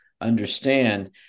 understand